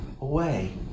away